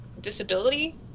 disability